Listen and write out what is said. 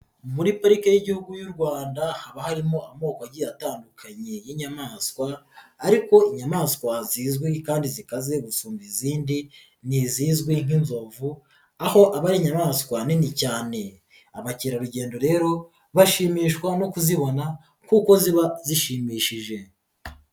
Muri parike y'Igihugu y'u Rwanda haba harimo amoko agiye atandukanye y'inyamaswa ariko inyamaswa zizwi kandi zikaze gusumba izindi ni izizwi nk'inzovu aho aba inyamaswa nini cyane, abakerarugendo rero bashimishwa no kuzibona kuko ziba zishimishije.